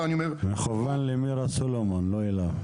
מכוון למירה סלומון, לא אליו.